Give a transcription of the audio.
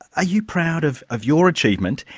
ah you proud of of your achievement,